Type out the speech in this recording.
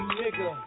nigga